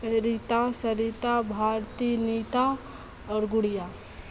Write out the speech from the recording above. रीता सरिता भारती नीता आओर गुड़िया